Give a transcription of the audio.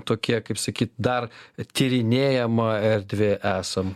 tokie kaip sakyt dar tyrinėjama erdvė esam